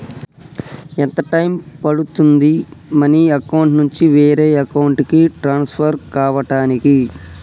ఎంత టైం పడుతుంది money account నుంచి వేరే అకౌంట్ కి ట్రాన్స్ఫర్ కావటానికి?